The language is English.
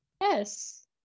Yes